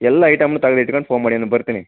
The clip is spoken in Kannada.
ಎಲ್ಲ ಐಟಮ್ ತೆಗ್ದಿಟ್ಕೊಂಡು ಫೋನ್ ಮಾಡಿ ನಾನು ಬರ್ತೀನಿ